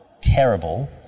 terrible